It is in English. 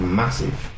massive